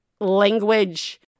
language